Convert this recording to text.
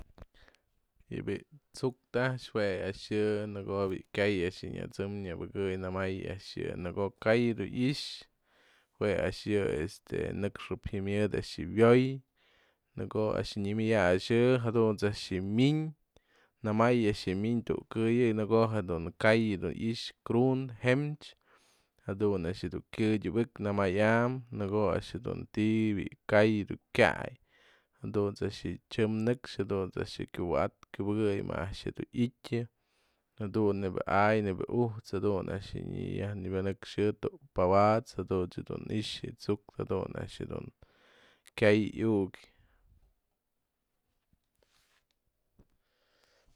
Yë bi'i tsu'utkë a'ax jue a'ax yë në ko'o bi'i kyay a'ax yë nya t'sëm nyabëkëy nëmay a'ax yë në ko'o kyay dun i'ix jue a'ax yë este nëxpë jyamyët a'ax yë wyoy në ko'o a'ax nëmay a'axë jadunt's a'ax yë mi'iny në'ëmay a'ax yë mi'iny tu'uk këyëk në ko'o jedun ka'ay dun i'ix krundë jëmchë jadun a'ax dun kyëdyubëk në'ëmay a'am në ko'o a'ax dun ti'i b'i ka'ay dun kyay jadun a'ax yë t'sëm nëx jadun a'ax yë kyuwa'atë kyubëkëy më dun i'ityan jadun nebia a'ay nedia ujt'sën jadun a'ax yë nyajnëbanëkxyë tu'u pawa'ats jadun dun nyxë yë tsu'utkë kyay iu'uk.